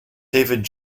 david